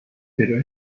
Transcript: pero